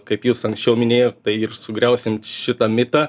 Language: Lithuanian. kaip jūs anksčiau minėjot tai ir sugriausim šitą mitą